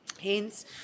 Hence